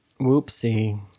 Whoopsie